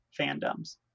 fandoms